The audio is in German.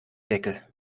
deckel